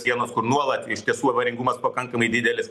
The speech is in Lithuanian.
sienos kur nuolat iš tiesų avaringumas pakankamai didelis